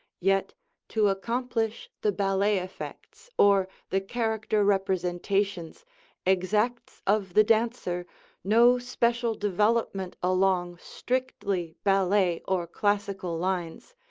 yet to accomplish the ballet effects or the character representations exacts of the dancer no special development along strictly ballet or classical lines,